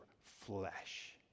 flesh